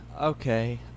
okay